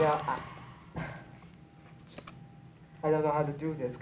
jeff i don't know how to do this